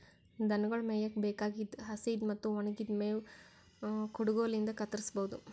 ದನಗೊಳ್ ಮೇಯಕ್ಕ್ ಬೇಕಾಗಿದ್ದ್ ಹಸಿದ್ ಮತ್ತ್ ಒಣಗಿದ್ದ್ ಮೇವ್ ಕುಡಗೊಲಿನ್ಡ್ ಕತ್ತರಸಬಹುದು